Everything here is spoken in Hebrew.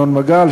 ינון מגל,